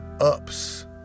ups